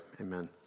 amen